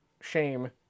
shame